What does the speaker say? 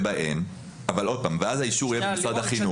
אז האישור יהיה במשרד החינוך.